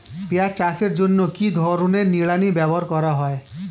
পিঁয়াজ চাষের জন্য কি ধরনের নিড়ানি ব্যবহার করা হয়?